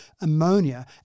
ammonia